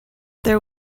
there